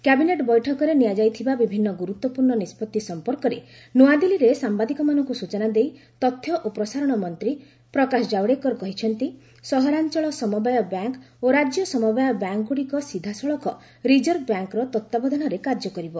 cabinet ବୈଠକରେ ନିଆଯାଇଥିବା ବିଭିନ୍ନ ଗୁରୁତ୍ୱପୂର୍ଣ୍ଣ ନିଷ୍କତ୍ତି ସମ୍ପର୍କରେ ନୂଆଦିଲ୍ଲୀରେ ସାମ୍ବାଦିକମାନଙ୍କୁ ସ୍ବଚନା ଦେଇ ତଥ୍ୟ ଓ ପ୍ରସାରଣ ମନ୍ତ୍ରୀ ପ୍ରକାଶ ଜାବଡେକର କହିଛନ୍ତି ସହରାଞ୍ଚଳ ସମବାୟ ବ୍ୟାଙ୍କ୍ ଓ ରାଜ୍ୟ ସମବାୟ ବ୍ୟାଙ୍କ୍ଗୁଡ଼ିକ ସିଧାସଳଖ ରିଜର୍ଭ ବ୍ୟାଙ୍କ୍ର ତତ୍ୱାବଧାନରେ କାର୍ଯ୍ୟ କରିବ